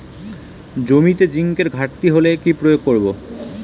জমিতে জিঙ্কের ঘাটতি হলে কি প্রয়োগ করব?